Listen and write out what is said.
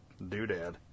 doodad